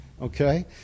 Okay